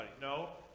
No